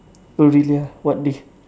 really ah what day